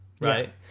right